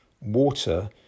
water